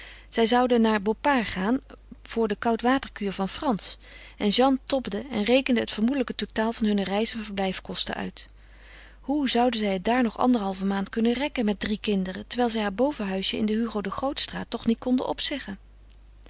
zij zouden naar boppard gaan voor de koudwaterkuur van frans en jeanne tobde en rekende het vermoedelijk totaal van hunne reis en verblijfkosten uit hoe zouden zij het daar nog anderhalve maand kunnen rekken met drie kinderen terwijl zij haar bovenhuisje in de hugo de grootstraat toch niet konden opzeggen